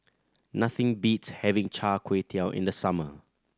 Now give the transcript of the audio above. nothing beats having Char Kway Teow in the summer